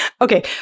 Okay